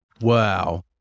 Wow